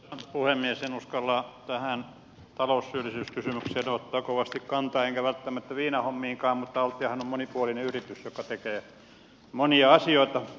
en uskalla tähän taloussyyllisyyskysymykseen ottaa kovasti kantaa enkä välttämättä viinahommiinkaan mutta altiahan on monipuolinen yritys joka tekee monia asioita